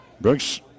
Brooks